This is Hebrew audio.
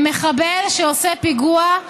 מחבל שעושה פיגוע,